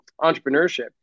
entrepreneurship